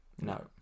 no